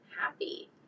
happy